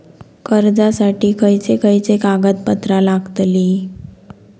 कर्जासाठी खयचे खयचे कागदपत्रा लागतली?